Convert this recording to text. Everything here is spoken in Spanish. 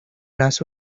las